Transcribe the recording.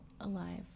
alive